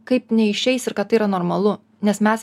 kaip neišeis ir kad tai yra normalu nes mes